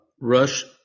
Rush